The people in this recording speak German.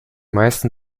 meisten